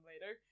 later